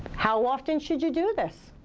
how often should you do this?